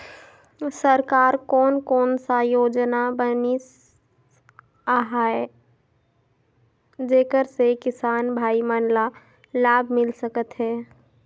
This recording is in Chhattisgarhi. सरकार कोन कोन सा योजना बनिस आहाय जेकर से किसान भाई मन ला लाभ मिल सकथ हे?